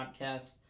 Podcast